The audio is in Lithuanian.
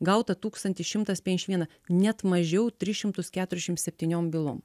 gauta tūkstantis šimtas penkiaš viena net mažiau tris šimtus keturiašim septyniom bylom